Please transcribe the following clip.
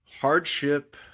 hardship